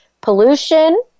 pollution